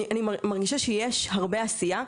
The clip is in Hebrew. אני מרגישה שיש הרבה עשייה,